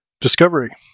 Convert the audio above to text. Discovery